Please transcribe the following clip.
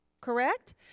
correct